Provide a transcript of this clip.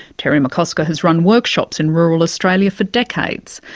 terry mccosker has run workshops in rural australia for decades,